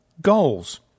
goals